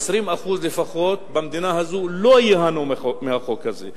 20% לפחות במדינה הזאת לא ייהנו מהחוק הזה,